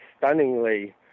stunningly